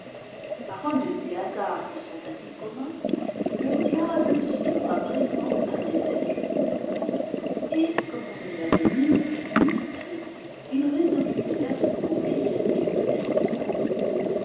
par un de ced hasards qui sont assez communs le diable se trouva présent à cet adieu et comme on ne l'avait ni vu ni soupçonné il résolut de faire son profit de ce qu'il venait d'entendre